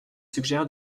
suggère